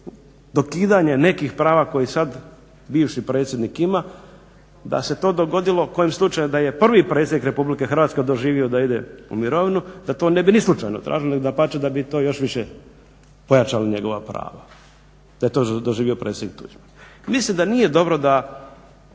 dokidanje nekih prava koje sad bivši predsjednik ima da se to dogodilo kojim slučajem da je prvi predsjednik RH doživio da ide u mirovinu da to ne bi ni slučajno tražili, nego dapače da bi to još više pojačali njegova prava da je to doživio predsjednik Tuđman. Mislim da nije dobro da